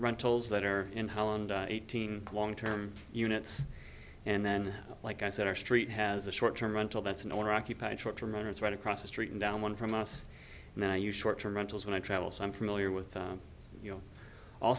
rentals that are in holland eighteen long term units and then like i said our street has a short term rental that's an owner occupied short term owners right across the street and down one from us now you short term rentals when i travel so i'm familiar with